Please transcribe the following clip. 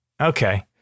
okay